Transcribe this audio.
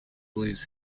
blues